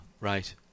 right